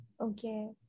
okay